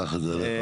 קח את זה עליך.